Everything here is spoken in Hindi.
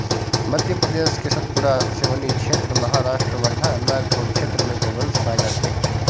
मध्य प्रदेश के सतपुड़ा, सिवनी क्षेत्र, महाराष्ट्र वर्धा, नागपुर क्षेत्र में गोवंश पाये जाते हैं